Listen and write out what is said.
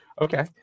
Okay